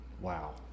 Wow